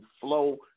flow